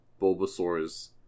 Bulbasaur's